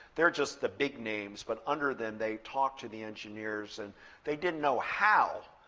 they're just the big names. but under them, they talked to the engineers, and they didn't know how,